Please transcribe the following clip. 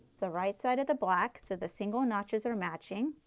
the right side of the black. so the single notches are matching